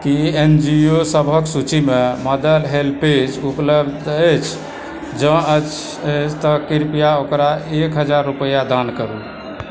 की N G O सभक सूचीमे Mother HelpAge उपलब्ध अछि जँ अछि तऽ कृपया ओकरा एक हजार रूपैआ दान करू